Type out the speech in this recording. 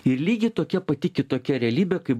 ir lygiai tokia pati kitokia realybė kaip